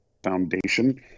foundation